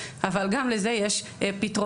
אבל גם לזה יש פתרונות,